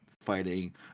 fighting